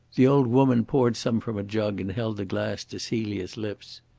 the old woman poured some from a jug and held the glass to celia's lips.